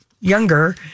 younger